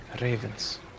ravens